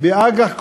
באג"ח קונצרני,